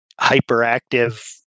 hyperactive